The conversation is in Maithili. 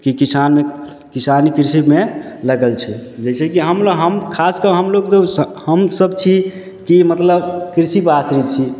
कि किसान किसान कृषिमे लगल छै जइसेकि हम हम खासकऽ हमलोक तो हमसभ छी कि मतलब कृषिपर आश्रित छी